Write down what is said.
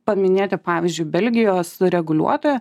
paminėti pavyzdžiui belgijos reguliuota